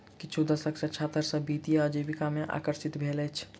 किछु दशक सॅ छात्र सभ वित्तीय आजीविका में आकर्षित भेल अछि